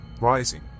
rising